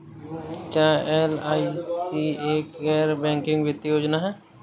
क्या एल.आई.सी एक गैर बैंकिंग वित्तीय योजना है?